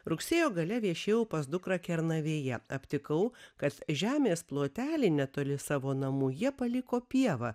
rugsėjo gale viešėjau pas dukrą kernavėje aptikau kad žemės plotelį netoli savo namų jie paliko pievą